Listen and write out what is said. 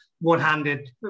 one-handed